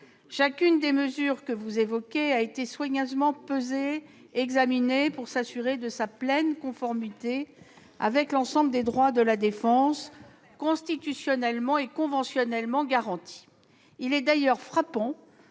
Chacune des mesures que vous évoquez a été soigneusement pesée pour s'assurer de sa pleine conformité avec l'ensemble des droits de la défense constitutionnellement et conventionnellement garantis. Vous n'allez pas